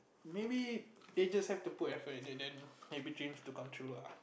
maybe they just have to put effort and then maybe dreams will come true lah